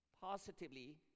Positively